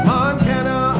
Montana